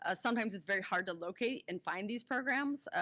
ah sometimes it's very hard to locate and find these programs.